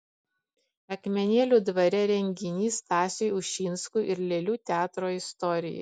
akmenėlių dvare renginys stasiui ušinskui ir lėlių teatro istorijai